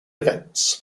events